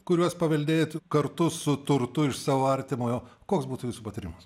kuriuos paveldėtų kartu su turtu iš savo artimojo koks būtų jūsų patarimas